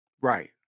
Right